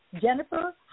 Jennifer